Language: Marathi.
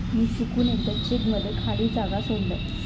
मी चुकून एकदा चेक मध्ये खाली जागा सोडलय